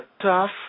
tough